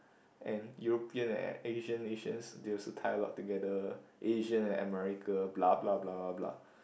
and European and Asian nations they also tie a lot together Asian and America blablablabla